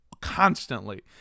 constantly